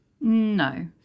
No